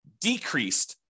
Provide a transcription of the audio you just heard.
decreased